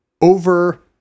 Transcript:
over